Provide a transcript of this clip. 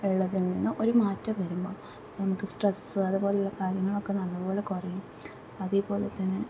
ഉള്ളതിൽ നിന്നോർ മാറ്റം വരുമ്പോൾ നമുക്ക് സ്ട്രെസ് അതുപോലുള്ള കാര്യങ്ങളൊക്കെ നല്ലപോലെ കുറയും അതേപോലെ തന്നെ